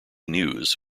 news